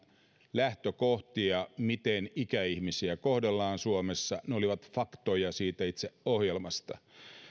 lähtökohtia siinä miten ikäihmisiä kohdellaan suomessa ne olivat faktoja siitä itse ohjelmasta